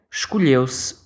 escolheu-se